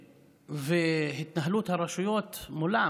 והתנהלות הרשויות מולם